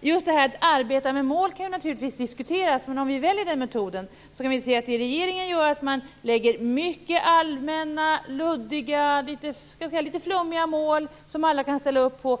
Detta att arbeta med mål kan naturligtvis diskuteras, men om man väljer den metoden kan vi se att regeringen sätter upp mycket allmänna, luddiga och litet flummiga mål som alla kan ställa upp på.